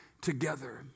together